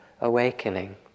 awakening